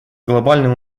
глобальном